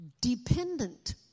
dependent